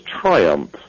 triumph